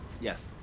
Yes